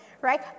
right